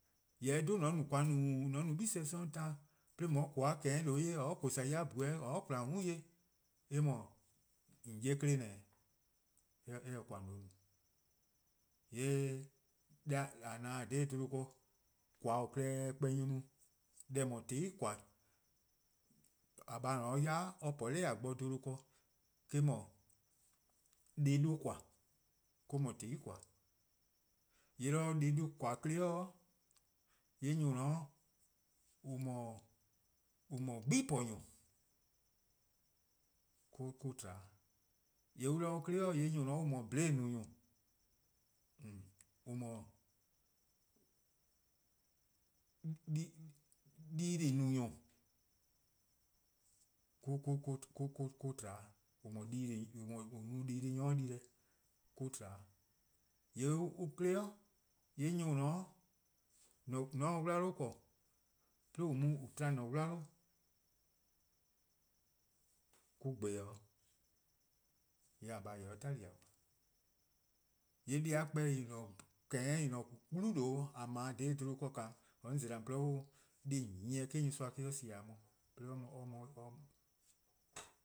:Mor eh 'dhu :on no :koan: nooo:, :on no 'gle+ 'sororn' taan no 'de :on 'ye :koo:-za-a :kehehn' :due' 'ye :or :bhue' yor, :or :kwlaa :mm' 'ye, :yee eh :mor, :on 'ye 'kle :ne 'o, eh :se :koan: :on se no. Yee' deh :a :ne-a dha 'bluhba ken :koan:-a klehkpeh nyor+-a no-a deh :eh no-a "tehn 'i :koan: :a :baa' :or :ne-a 'de yai' or po-a dha :a bo 'bluhba ken eh-: 'dhu deh+ 'duh :koan: or-: no :tehn ' :koan:. :yee' 'do deh+ 'duh :koan: 'klei' :yee' nyor on :ne-a 'o :on :on no-a 'gbu+ :po-nyor+ mo-: tba 'o dih, :yee' 'do 'gbu+ :po nyor+ 'klei' nyor+ :on no-a 'bhlee: no nyor+ :on no-a dii-deh+ no nyor+ mo-: tba 'o, :an no-a dii-deh+ 'de nyor-a di-a deh mo-: tba 'o, :yee' 'do on 'kli 'i, nyor+ :on :ne-a 'o :mor :on si-a 'wla 'ble 'de :an mu-a :an tba :an 'wla, mo-: tba 'o dih, :yee; :a :baa' 'tali: dih. :yee' deh-a klehkpeh :en :ne-a :kehehn' :en :ne-a 'wlu :due' :a 'ble-a 'dha 'bluhba ken, 'nyi 'on zela: :on :gwluhuh' 'o deh+ nyieh me-: nyorsoa :sie: dih :a-uh 'de or mu, tba 'o